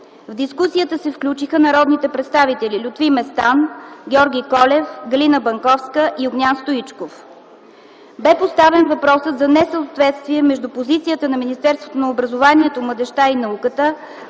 В дискусията се включиха народните представители Лютви Местан, Георги Колев, Галина Банковска и Огнян Стоичков. Бе поставен въпросът за несъответствие между позицията на Министерството на образованието, младежта и науката